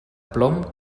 plom